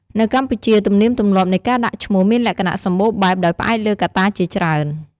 នៅកម្ពុជា ទំនៀមទម្លាប់នៃការដាក់ឈ្មោះមានលក្ខណៈសម្បូរបែប ដោយផ្អែកលើកត្តាជាច្រើន។